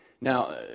Now